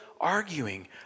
arguing